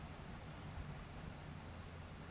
বিভিল্য রঙের লিলি ফুল লিলিয়াম উদ্ভিদ থেক্যে পাওয়া যায়